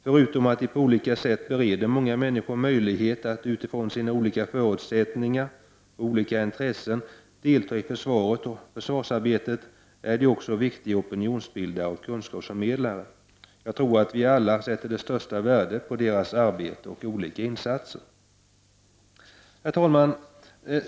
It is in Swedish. Förutom att de på olika sätt bereder många människor möjlighet att utifrån sina olika förutsättningar och intressen delta i försvaret och försvarsarbetet är de också viktiga opinionsbildare och kunskapsförmedlare. Jag tror att vi alla sätter det största värde på deras arbete och olika insatser. Herr talman!